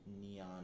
neon